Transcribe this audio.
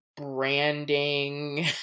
branding